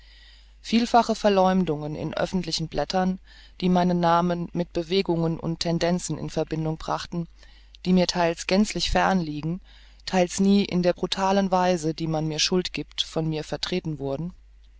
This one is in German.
vielfache verläumdungen in öffentlichen blättern die meinen namen mit bewegungen und tendenzen in verbindung brachten die mir theils gänzlich fern liegen theils nie in der brutalen weise die man mir schuld giebt von mir vertreten wurden